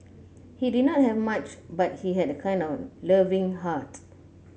he did not have much but he had a kind and loving heart